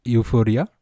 Euphoria